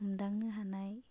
हमदांनो हानाय